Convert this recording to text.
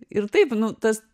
ir taip nu tas